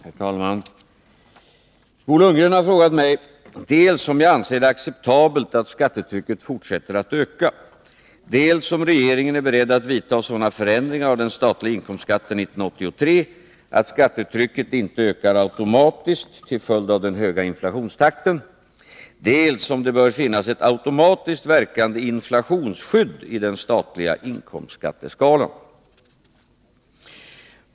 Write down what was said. Herr talman! Bo Lundgren har frågat mig dels om jag anser det acceptabelt att skattetrycket fortsätter att öka, dels om regeringen är beredd att vidta sådana förändringar av den statliga inkomstskatten 1983 att skattetrycket inte ökar automatiskt till följd av den höga inflationstakten, dels om det bör finnas ett automatiskt verkande inflationsskydd i den statliga inkomstskatteskalan.